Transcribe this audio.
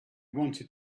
wanted